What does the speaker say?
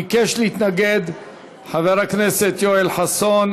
ביקש להתנגד חבר הכנסת יואל חסון.